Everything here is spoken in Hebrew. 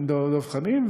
דב חנין,